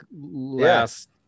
last